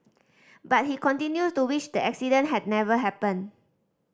but he continues to wish the accident had never happened